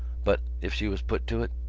but, if she was put to it,